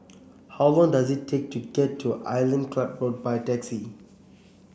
how long does it take to get to Island Club Road by taxi